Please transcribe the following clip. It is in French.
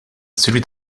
celui